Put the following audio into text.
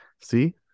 see